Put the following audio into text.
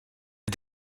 les